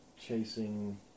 chasing